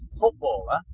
footballer-